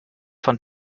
von